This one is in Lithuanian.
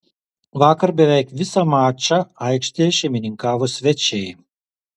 vakar beveik visą mačą aikštėje šeimininkavo svečiai